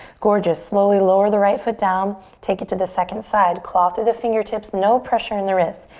gorgeous, slowly lower the right foot down. take it to the second side. claw through the fingertips. no pressure in the wrists.